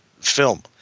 film